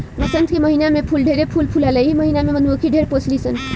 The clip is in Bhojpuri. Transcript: वसंत के महिना में फूल ढेरे फूल फुलाला एही महिना में मधुमक्खी ढेर पोसली सन